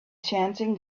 chanting